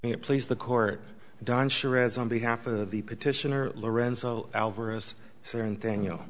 it please the court don sure as on behalf of the petitioner lorenzo alvarez certain thing you know